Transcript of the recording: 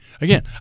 Again